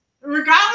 Regardless